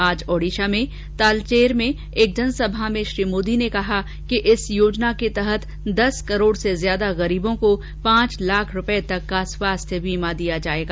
आज ओडिसा में तालचेर में एक जनसभा में श्री मोदी ने कहा कि इस योजना के तहत दस करोड़ से ज्यादा गरीबों को पांच लाख रुपये तक का स्वास्थ्य बीमा दिया जाएगा